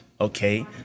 Okay